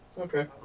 okay